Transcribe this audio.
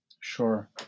Sure